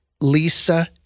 Lisa